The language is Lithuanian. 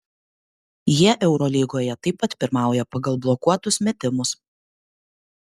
jie eurolygoje taip pat pirmauja pagal blokuotus metimus